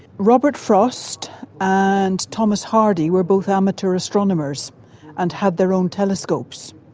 robert frost and thomas hardy were both amateur astronomers and had their own telescopes,